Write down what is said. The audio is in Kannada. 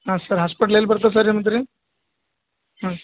ಹಾಂ ಸರ್ ಹಾಸ್ಪಿಟ್ಲ್ ಎಲ್ಲಿ ಬರ್ತದೆ ಸರ್ ನಿಮ್ದು ರೀ ಹ್ಞೂ